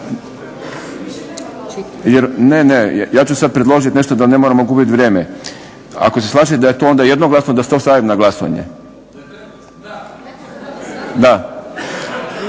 Ne, ne ja ću sad predložiti nešto da ne moramo gubiti vrijeme. Ako se slažete da je to onda jednoglasno da to stavim na glasovanje? …